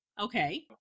okay